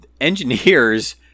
Engineers